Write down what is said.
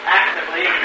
actively